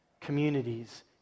communities